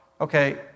Okay